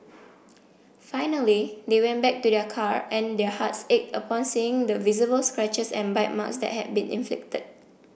finally they went back to their car and their hearts ached upon seeing the visible scratches and bite marks that had been inflicted